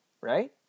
right